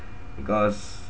because